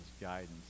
guidance